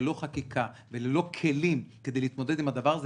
ללא חקיקה וללא כלים כדי להתמודד עם הדבר הזה,